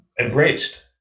embraced